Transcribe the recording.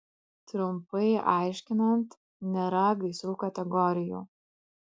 trumpai aiškinant nėra gaisrų kategorijų